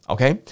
Okay